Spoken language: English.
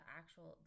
actual